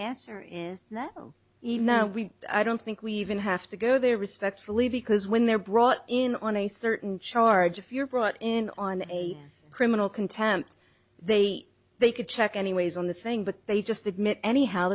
answer is that even though we i don't think we even have to go there respectfully because when they're brought in on a certain charge if you're brought in on a criminal contempt they they could check anyways on the thing but they just a